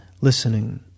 listening